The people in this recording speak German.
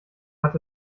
hat